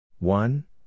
One